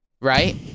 Right